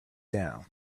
down